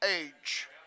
age